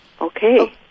Okay